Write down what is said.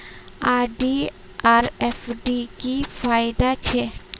RD R FD की फ़ायदा छे?